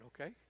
okay